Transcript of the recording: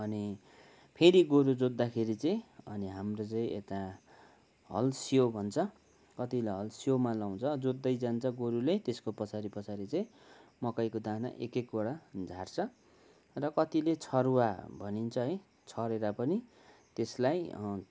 अनि फेरि गोरु जोत्दाखेरि चाहिँ अनि हाम्रो चाहिँ यता हल सियो भन्छ कतिले हल सियोमा लाउँछ जोत्दै जान्छ गोरुले त्यसको पछाडि पछाडि चाहिँ मकैको दाना एक एकवटा झार्छ र कतिले छरुवा भनिन्छ है छरेर पनि त्यसलाई